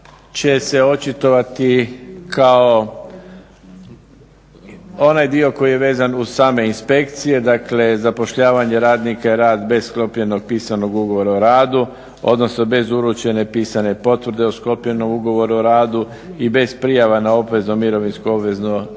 će se očitovati kao onaj dio koji je vezan uz same inspekcije, dakle zapošljavanje radnika i rad bez sklopljenog pisanog ugovora o radu odnosno bez uručene pisane potvrde o sklopljenom ugovoru o radu i bez prijava na obvezno mirovinsko obvezno